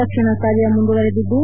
ರಕ್ಷಣಾ ಕಾರ್ಯ ಮುಂದುವರೆದಿದ್ದು